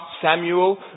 Samuel